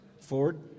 Ford